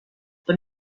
but